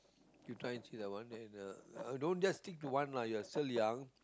you try and see that one then uh don't just stick to one lah you're still young